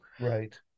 right